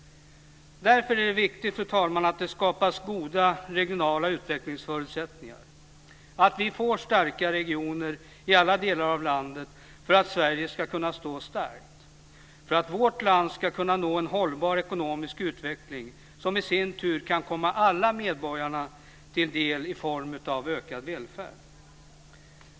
Därför är det viktigt, fru talman, att det skapas goda regionala utvecklingsförutsättningar. Det är viktigt att vi får starka regioner i alla delar av landet för att Sverige ska kunna stå starkt och för att vårt land ska kunna nå en hållbar ekonomisk utveckling som i sin tur kan komma alla medborgare till del i form av ökad välfärd.